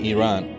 Iran